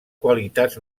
qualitats